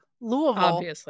Louisville